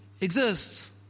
exists